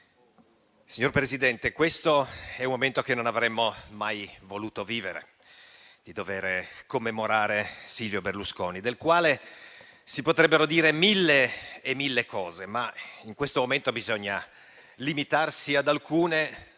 Signor Presidente, è un momento che non avremmo mai voluto vivere quello di dover commemorare Silvio Berlusconi, del quale si potrebbero dire mille cose, ma in questo momento bisogna limitarsi ad alcune,